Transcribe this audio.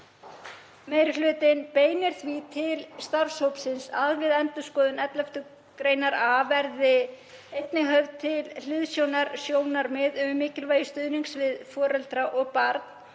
Meiri hlutinn beinir því til starfshópsins að við endurskoðun 11. gr. a verði einnig höfð til hliðsjónar sjónarmið um mikilvægi stuðnings við foreldra og barn.